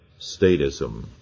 statism